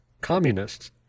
communists